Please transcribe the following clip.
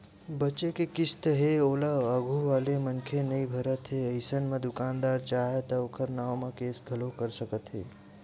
बचें के किस्त हे ओला आघू वाले मनखे ह नइ भरत हे अइसन म दुकानदार चाहय त ओखर नांव म केस घलोक कर सकत हे